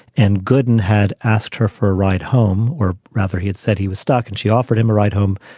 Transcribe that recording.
and gooden had asked her for a ride home, or rather, he had said he was stuck and she offered him a ride home.